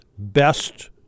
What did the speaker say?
Best